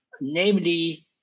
namely